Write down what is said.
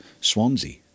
Swansea